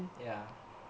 ya